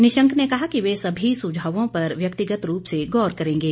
निशंक ने कहा कि वे सभी सुझावों पर व्यक्तिगत रूप से गौर करेंगे